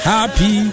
Happy